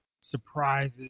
surprises